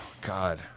God